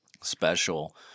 special